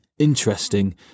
interesting